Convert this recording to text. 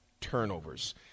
turnovers